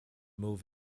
move